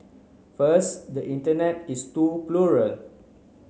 first the Internet is too plural